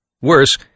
Worse